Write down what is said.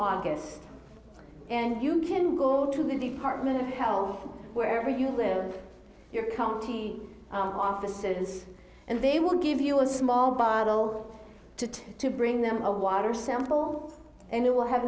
august and you can go to the department of health where you live in your county offices and they will give you a small bottle to try to bring them a water sample and it will have